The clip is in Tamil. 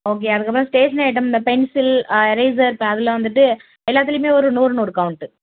ஓகே அதுக்கப்பறம் ஸ்டேஷ்னரி ஐட்டம் இந்த பென்சில் எரேசர் அதில் வந்துவிட்டு எல்லாத்துலையுமே ஒரு நூறு நூறு கவுண்ட்டு